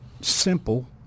simple